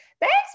thanks